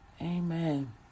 Amen